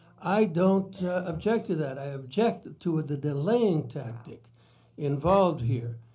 i don't object to that. i object to the delaying tactic involved here.